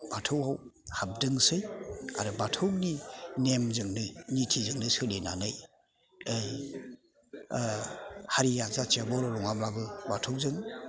बाथौआव हाबदोंसै आरो बाथौनि नेमजोंनो निथिजोंनो सोलिनानै हारिया जाथिया बर' नङाब्लाबो बाथौजों